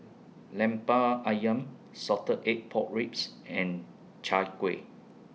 Lemper Ayam Salted Egg Pork Ribs and Chai Kueh